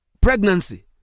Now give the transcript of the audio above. Pregnancy